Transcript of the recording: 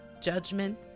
judgment